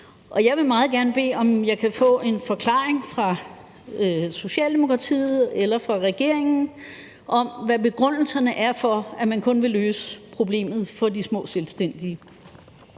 Jeg vil meget gerne bede om at få en forklaring fra Socialdemokratiet eller fra regeringen om, hvad begrundelserne er for, at man kun vil løse problemet for de små selvstændige.